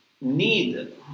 need